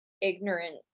ignorant